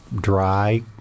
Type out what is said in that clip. dry